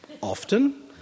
often